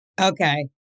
Okay